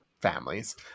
families